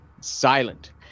silent